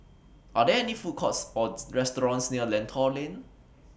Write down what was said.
Are There Food Courts Or restaurants near Lentor Lane